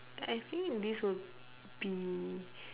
I think this will be